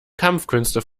kampfkünste